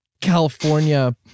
California